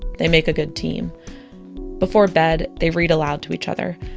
they make a good team before bed, they read aloud to each other,